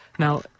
Now